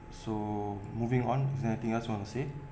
so moving on is there anything else want to say